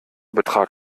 betrat